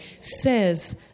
says